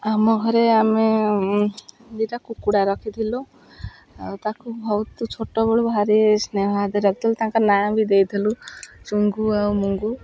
ଆମ ଘରେ ଆମେ ଦୁଇଟା କୁକୁଡ଼ା ରଖିଥିଲୁ ଆଉ ତାକୁ ବହୁତ ଛୋଟବେଳୁ ଭାରି ସ୍ନେହ ହାତରେ ରଖିଥିଲୁ ତାଙ୍କ ନାଁ ବି ଦେଇଥିଲୁ ଚୁଙ୍ଗୁ ଆଉ ମୁଙ୍ଗୁ